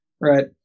Right